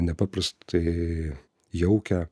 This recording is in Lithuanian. nepaprastai jaukią